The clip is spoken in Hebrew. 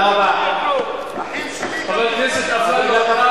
חבר הכנסת אפללו.